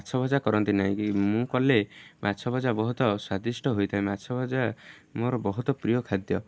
ମାଛ ଭଜା କରନ୍ତି ନାହିଁ କି ମୁଁ କଲେ ମାଛ ଭଜା ବହୁତ ସ୍ଵାଦିଷ୍ଟ ହୋଇଥାଏ ମାଛ ଭଜା ମୋର ବହୁତ ପ୍ରିୟ ଖାଦ୍ୟ